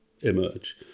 emerge